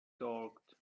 talked